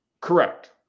Correct